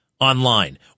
online